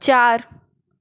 चार